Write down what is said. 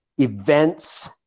events